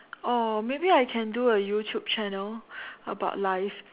oh maybe I can do a YouTube Channel about life